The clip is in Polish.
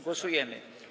Głosujemy.